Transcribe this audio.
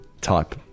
type